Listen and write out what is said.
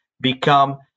become